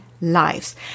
lives